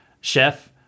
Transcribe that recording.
chef